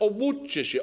Obudźcie się!